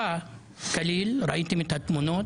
הוא לא התעמת עם שוטרים אלא ירו באופן רנדומלי והוא נפגע באוזנו .